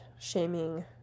shaming